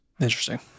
Interesting